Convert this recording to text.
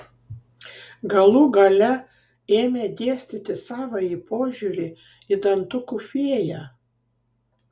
galų gale ėmė dėstyti savąjį požiūrį į dantukų fėją